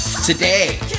Today